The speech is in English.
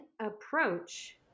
approach